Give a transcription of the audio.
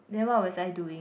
then what was I doing